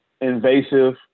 invasive